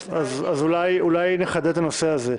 אז אולי נחדד את הנושא הזה.